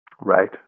Right